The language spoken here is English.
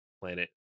planet